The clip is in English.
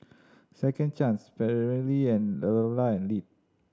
Second Chance Perllini and and Lindt